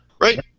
Right